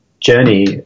journey